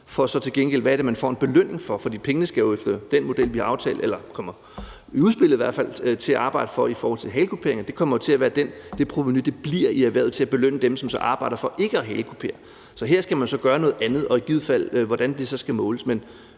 det så til gengæld, man får en belønning for? Pengene skal ifølge den model, vi har aftalt, eller som i hvert fald er i udspillet, til at arbejde i forbindelse med halekuperinger. Det kommer jo til at blive et provenu, der bliver i erhvervet til at belønne dem, som så arbejder for ikke at halekupere. Her skal man så gøre noget andet, og hvordan skal det